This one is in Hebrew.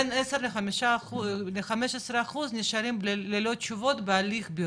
בין עשר ל-15 אחוז נשארים ללא תשובות בהליך בירור.